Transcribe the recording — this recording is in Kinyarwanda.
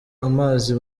amazi